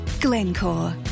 Glencore